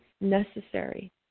necessary